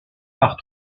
par